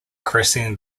crashing